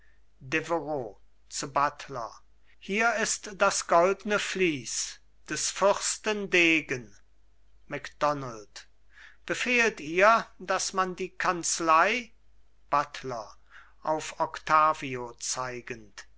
zu buttler hier ist das goldne vlies des fürsten degen macdonald befehlt ihr daß man die kanzlei buttler auf octavio zeigend